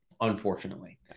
Unfortunately